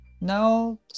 Now